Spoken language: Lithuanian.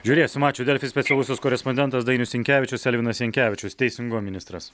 žiūrėsim ačiū delfi specialusis korespondentas dainius sinkevičius elvinas jankevičius teisingumo ministras